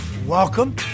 Welcome